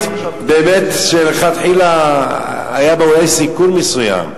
שבאמת מלכתחילה היה בה אולי סיכון מסוים,